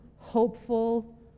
hopeful